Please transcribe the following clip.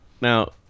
Now